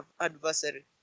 adversary